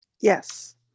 Yes